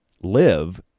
live